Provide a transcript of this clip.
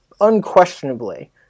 unquestionably